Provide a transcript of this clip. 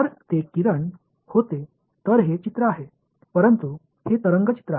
जर ते किरणे होते तर हे चित्र आहे परंतु हे तरंग चित्र आहे